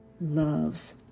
loves